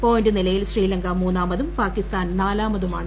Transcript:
point നിലയിൽ ശ്രീലങ്ക മൂന്നാമതും പാകിസ്ഥാൻ നാലാമതുമാണ്